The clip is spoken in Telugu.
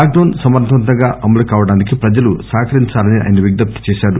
లాక్ డౌన్ సమర్లవంతంగా అమలు కావడానికి ప్రజలు సహాకరించాలని ఆయన విజ్ఞప్తి చేశారు